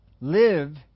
Live